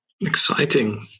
Exciting